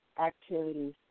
activities